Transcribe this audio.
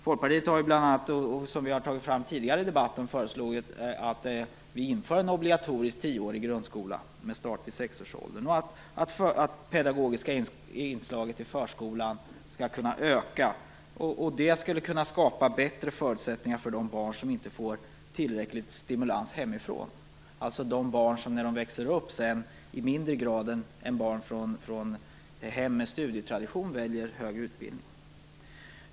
Folkpartiet har bl.a., vilket vi har tagit fram tidigare i debatten, föreslagit att vi inför en obligatorisk tioårig grundskola med start vid sexårsåldern och att det pedagogiska inslaget i förskolan skall kunna öka. Det skulle kunna skapa bättre förutsättningar för de barn som inte får tillräcklig stimulans hemifrån, alltså de barn som när de sedan växer upp i mindre grad än barn från hem med studietradition väljer högre utbildning.